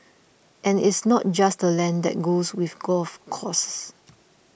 and it's not just the land that goes with golf courses